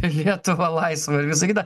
lietuvą laisvą ir visą kitą